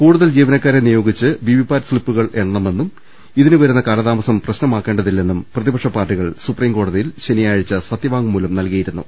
കൂടുതൽ ജീവനക്കാരെ നിയോഗിച്ച് വി വി പാറ്റ് സ്തിപ്പുകൾ എണ്ണണമെന്നും ഇതിനുവരുന്ന കാലതാമസം പ്രശ്നമാക്കേണ്ടതി ല്ലെന്നും പ്രതിപക്ഷ പാർട്ടികൾ സുപ്രീം കോടതിയിൽ ശനിയാഴ്ച സത്യവാ ങ്മൂലം നൽകിയിരുന്നു